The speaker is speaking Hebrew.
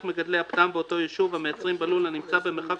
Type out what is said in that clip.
כל מגדלי הפטם באותו יישוב המייצרים בלול הנמצא במרחק